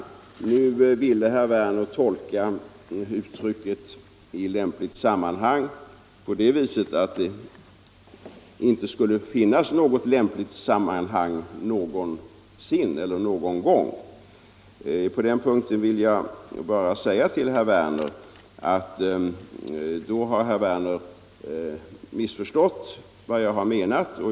Nu ville herr Werner tolka uttrycket ”i lämpligt sammanhang” på det viset att det över huvud taget inte skulle finnas något lämpligt sammanhang. På den punkten vill jag bara säga till herr Werner att då har herr Werner inte förstått vad jag har menat.